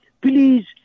Please